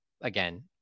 again